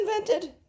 invented